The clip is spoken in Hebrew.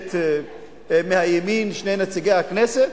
כנסת מהימין, שני נציגי הכנסת,